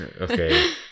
Okay